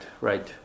right